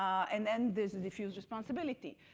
and then there's the diffused responsibility.